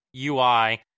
UI